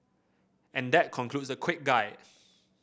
and that concludes the quick guide